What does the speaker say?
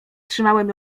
trzymałem